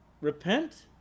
repent